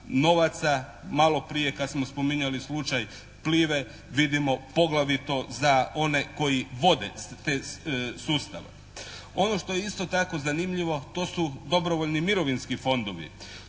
novaca. Malo prije kad smo spominjali slučaj PLIVA-e vidimo poglavito za one koji vode te sustave. Ono što je isto tako zanimljivo to su dobrovoljni mirovinski fondovi.